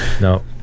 no